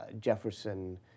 Jefferson